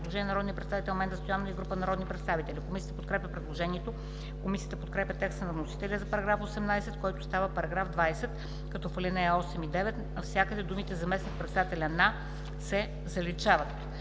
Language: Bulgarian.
предложение на народния представител Менда Стоянова и група народни представители. Комисията подкрепя предложението. Комисията подкрепя текста на вносителя за § 18, който става § 20, като в ал. 8 и 9 навсякъде думите „заместник-председателя на“ се заличават.